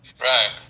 Right